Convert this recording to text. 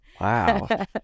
Wow